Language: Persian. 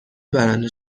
برنده